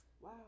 Wow